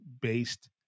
based